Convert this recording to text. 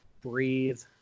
breathe